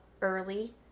early